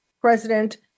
president